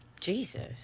Jesus